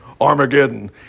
Armageddon